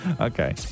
Okay